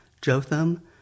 Jotham